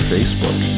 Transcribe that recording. Facebook